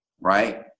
right